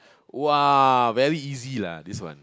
!wow! very easy lah this one